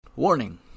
Warning